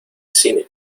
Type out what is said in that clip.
cine